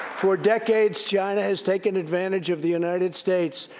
for decades, china has taken advantage of the united states.